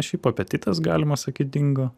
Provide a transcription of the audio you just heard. šiaip apetitas galima sakyt dingo